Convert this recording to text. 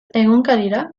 egunkarira